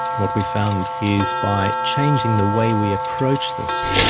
what we found is by changing the way we approach this,